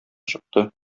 чыкты